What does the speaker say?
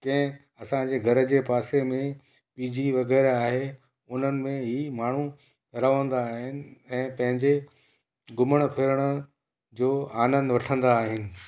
कंहिं असांजे घर जे पासे में पी जी वग़ैरह आहे उन्हनि में ई माण्हूं रहंदा आहिनि ऐं पंहिंजे घुमण फ़िरण जो आनंदु वठंदा आहिनि